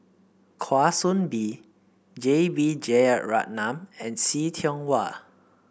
Kwa Soon Bee J B Jeyaretnam and See Tiong Wah